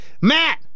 Matt